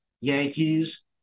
Yankees